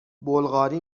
بلغاری